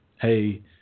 Hey